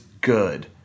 good